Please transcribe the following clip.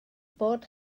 bod